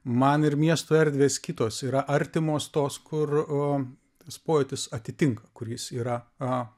man ir miesto erdvės kitos yra artimos tos kur tas pojūtis atitinka kuris yra